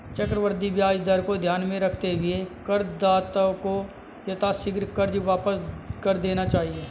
चक्रवृद्धि ब्याज दर को ध्यान में रखते हुए करदाताओं को यथाशीघ्र कर्ज वापस कर देना चाहिए